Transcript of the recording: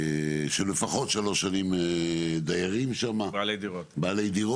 שלפחות שלוש שנים דיירים שם, בעלי דירות.